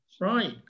Right